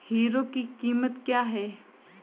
Hero की कीमत क्या है?